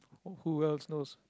oh who else knows